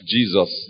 Jesus